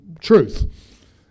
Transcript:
truth